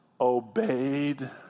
obeyed